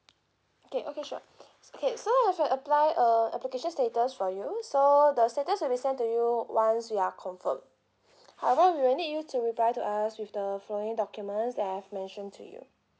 okay okay sure okay so have you applied a application status for you so the status will be sent to you once we are confirmed however we will need you to reply to us with the following documents that I've mentioned to you